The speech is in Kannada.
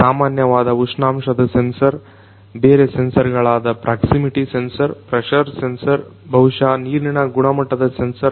ಸಾಮಾನ್ಯವಾದ ಉಷ್ಣಾಂಶದ ಸೆನ್ಸರ್ ಬೇರೆ ಸೆನ್ಸರ್ ಗಳಾದ ಪ್ರಾಕ್ಸಿಮಿಟಿ ಸೆನ್ಸರ್ ಪ್ರೆಶರ್ ಸೆನ್ಸರ್ ಬಹುಶಃ ನೀರಿನ ಗುಣಮಟ್ಟದ ಸೆನ್ಸರ್